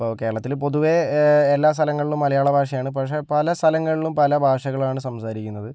ഇപ്പോൾ കേരളത്തിൽ പൊതുവേ എല്ലാ സ്ഥലങ്ങളിലും മലയാള ഭാഷയാണ് പക്ഷെ പല സ്ഥലങ്ങളിലും പല ഭാഷകളാണ് സംസാരിക്കുന്നത്